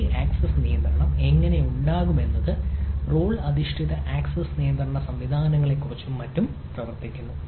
ഈ ആക്സസ് നിയന്ത്രണം എങ്ങനെ ഉണ്ടാകും എന്നത് റോൾ അധിഷ്ഠിത ആക്സസ് നിയന്ത്രണ സംവിധാനങ്ങളെക്കുറിച്ചും മറ്റും പ്രവർത്തിക്കുന്നു